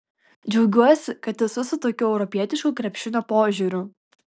džiaugiuosi kad esu su tokiu europietišku krepšinio požiūriu